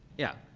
yeah.